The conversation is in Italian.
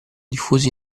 diffusi